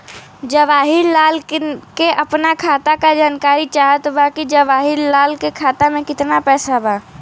जवाहिर लाल के अपना खाता का जानकारी चाहत बा की जवाहिर लाल के खाता में कितना पैसा बा?